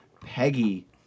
Peggy